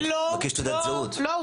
מקיש תעודת זהות --- לא,